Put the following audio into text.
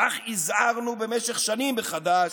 כך הזהרנו במשך השנים בחד"ש,